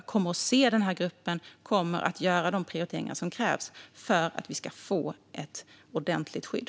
Vi kommer att se den här gruppen och göra de prioriteringar som krävs för att få ett ordentligt skydd.